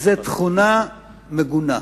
זו תכונה מגונה.